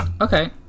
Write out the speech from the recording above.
Okay